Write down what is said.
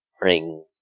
ring